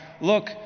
look